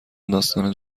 داستان